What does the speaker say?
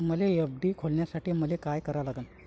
मले एफ.डी खोलासाठी मले का करा लागन?